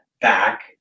back